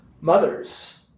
mothers